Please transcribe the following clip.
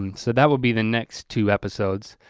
um so that will be the next two episodes,